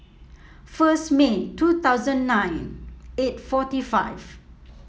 first May two thousand nine eight forty five